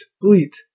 bleat